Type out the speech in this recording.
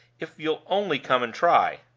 if you'll only come and try.